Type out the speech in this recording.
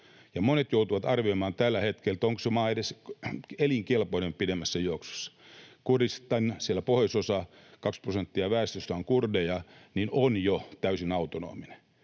monet joutuvat arvioimaan tällä hetkellä, onko se maa edes elinkelpoinen pidemmässä juoksussa. Kurdistan siellä pohjoisosassa — 20 prosenttia väestöstä on kurdeja — on jo täysin autonominen.